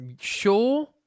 Sure